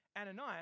Ananias